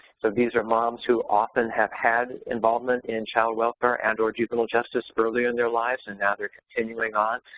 so these are moms who often have had involvement in child welfare and or juvenile justice early in their lives and now they're continuing on,